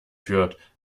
führt